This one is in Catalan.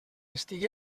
estigui